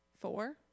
four